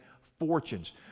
fortunes